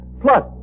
plus